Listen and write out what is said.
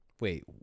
Wait